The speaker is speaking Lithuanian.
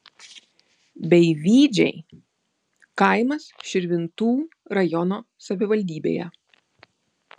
beivydžiai kaimas širvintų rajono savivaldybėje